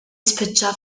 spiċċa